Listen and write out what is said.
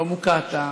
במוקטעה,